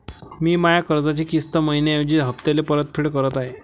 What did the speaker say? मी माया कर्जाची किस्त मइन्याऐवजी हप्त्याले परतफेड करत आहे